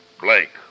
Blake